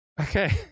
Okay